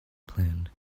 planned